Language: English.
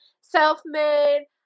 self-made